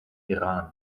iran